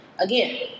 again